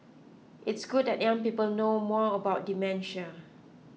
it's good that young people know more about dementia